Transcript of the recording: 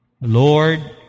Lord